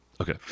Okay